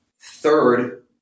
Third